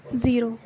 zero